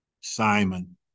Simon